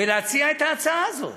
ולהציע את ההצעה הזאת.